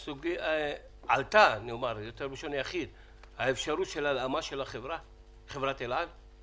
האם עלתה האפשרות של הלאמת חברת אל על?